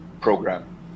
program